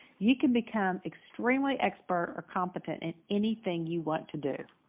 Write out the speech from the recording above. you can become extremely expert or competent in anything you want to do.